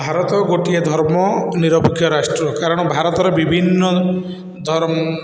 ଭାରତ ଗୋଟିଏ ଧର୍ମ ନିରପେକ୍ଷ ରାଷ୍ଟ୍ର କାରଣ ଭାରତରେ ବିଭିନ୍ନ ଧର୍ମ